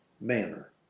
manner